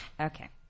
Okay